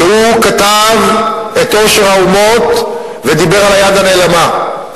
שכתב את "עושר האומות" ודיבר על "היד הנעלמה",